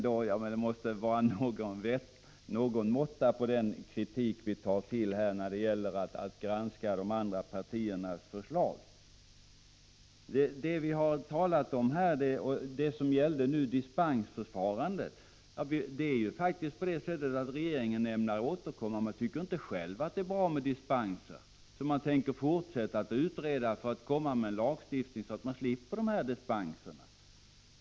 Det måste vara någon måtta på den kritik vi tar till när vi granskar andra partiers förslag. Det vi här har talat om och som frågan gäller är dispensförfarandet. Regeringen ämnar faktiskt återkomma i ärendet. Man tycker inte själv att det är bra med dispenser. Man tänker fortsätta att utreda för att komma med ett förslag till lagstiftning, så att vi slipper dispenserna.